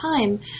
time